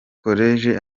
collège